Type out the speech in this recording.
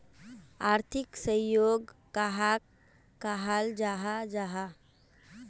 आर्थिक सहयोग कहाक कहाल जाहा जाहा?